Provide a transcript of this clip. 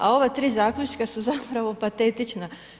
A ova 3 zaključka su zapravo patetična.